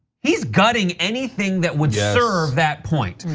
he's gutting anything that would yeah serve that point.